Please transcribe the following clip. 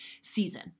season